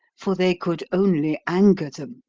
for they could only anger them.